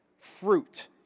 fruit